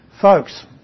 folks